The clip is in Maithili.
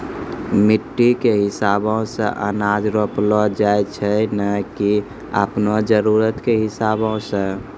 मिट्टी कॅ हिसाबो सॅ अनाज रोपलो जाय छै नै की आपनो जरुरत कॅ हिसाबो सॅ